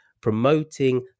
promoting